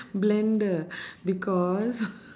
blender because